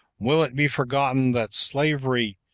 will it be forgotten that slavery,